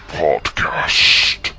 podcast